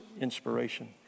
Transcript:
inspiration